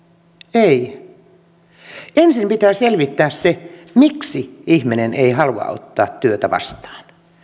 ei ensin pitää selvittää se miksi ihminen ei halua ottaa työtä vastaan